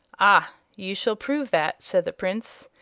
ah, you shall prove that, said the prince.